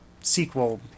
sequel